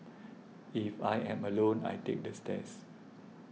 if I am alone I take the stairs